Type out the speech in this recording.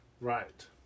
Right